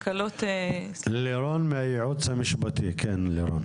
לירון מהייעוץ המשפטי, כן לירון.